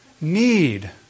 Need